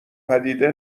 پدیده